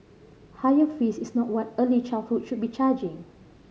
higher fees is not what early childhood should be charging